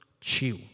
chill